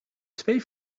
twee